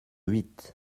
huit